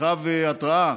מרחב התרעה,